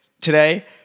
today